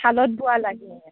শালত বোৱা লাগে